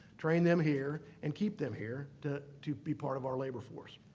train them here, and keep them here to to be part of our labor force.